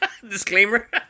Disclaimer